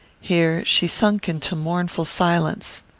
here she sunk into mournful silence.